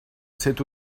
c’est